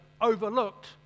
overlooked